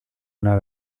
una